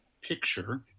Picture